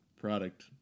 product